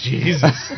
Jesus